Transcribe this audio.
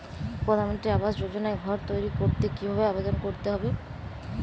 প্রধানমন্ত্রী আবাস যোজনায় ঘর তৈরি করতে কিভাবে আবেদন করতে হবে?